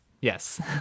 yes